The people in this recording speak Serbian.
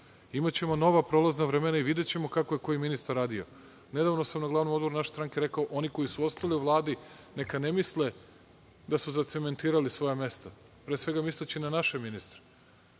Imaćemo nova prolazna vremena i videćemo kako je koji ministar radio. Nedavno sam na glavnom odboru naše stranke rekao oni koji su ostali u Vladi neka ne misle da su zacementirali svoja mesta, pre svega misleći na naše ministre.